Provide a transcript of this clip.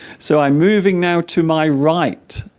so i'm moving now to my right